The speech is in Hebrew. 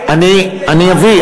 אני אביא,